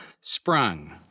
sprung